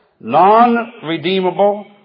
non-redeemable